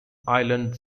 island